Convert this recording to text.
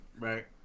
right